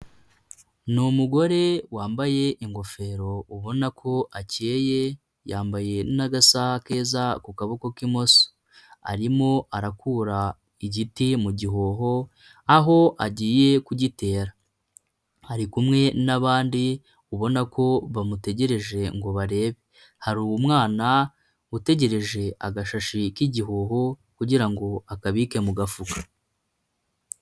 Ni umugore wambaye ingofero ubona ko akeyeye yambaye n'agasaha keza ku kaboko k'imoso, arimo arakura igiti mu gihuho aho agiye kugitera, ari kumwe n'abandi ubona ko bamutegereje ngo barebe, hari umwana utegereje agashashi k'igihoho kugira ngo akabike mu gafuka.